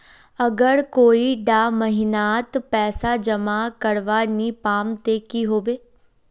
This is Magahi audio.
अगर कोई डा महीनात पैसा जमा करवा नी पाम ते की होबे?